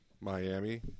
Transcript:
Miami